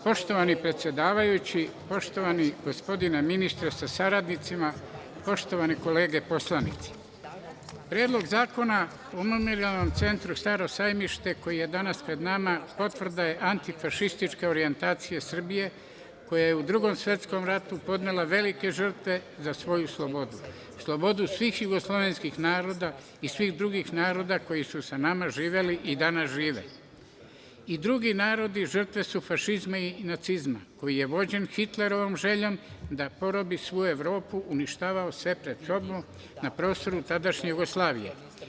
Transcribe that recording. Poštovani predsedavajući, poštovani ministre sa saradnicima, poštovane kolege poslanici, Predlog zakona o memorijalnom centru „Staro sajmište“, koji je danas pred nama potvrda je antifašističke orijentacije Srbije koja u Drugom svetskom ratu podnela velike žrtve za svoju slobodu, slobodu svih jugoslovenskih naroda i svih drugih naroda koji su sa nama živeli i danas žive, i drugi narodi su žrtve fašizma i nacizma koji je vođen Hitlerovom željom da probi svu Evropu, uništavao sve pred sobom, na prostoru tadašnje Jugoslavije.